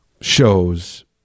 shows